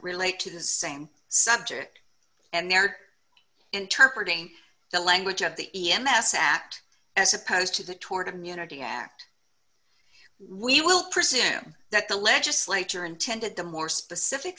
relate to the same subject and there interpreted the language of the e m s act as opposed to that toward immunity act we will presume that the legislature intended the more specific